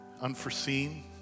unforeseen